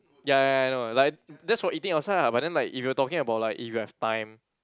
ya ya ya I know like that's for eating outside ah but then like if you are talking about like if you have time